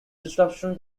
disruption